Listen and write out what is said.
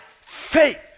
faith